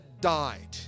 died